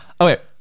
Okay